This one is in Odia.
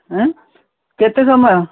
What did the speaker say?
ଏଁ କେତେ ସମୟ